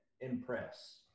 impress